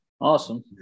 awesome